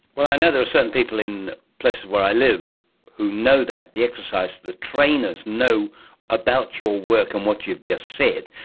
well, i know there are certain people in places where i live who know that, the exercise, the trainers know about your work and what you've just said.